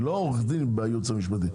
לא עורך דין בייעוץ המשפטי,